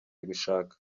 gushaka